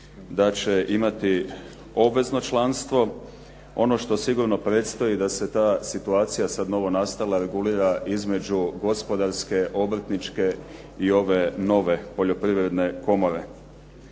da će imati obvezno članstvo. Ono što sigurno predstoji da se ta situacija sada novonastala regulira između gospodarske, obrtničke i ove nove Poljoprivredne komore.